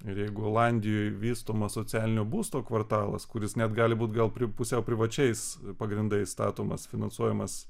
ir jeigu olandijoj vystomas socialinio būsto kvartalas kuris net gali būti gal prie pusiau privačiais pagrindais statomas finansuojamas